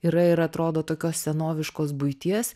yra ir atrodo tokios senoviškos buities